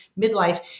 midlife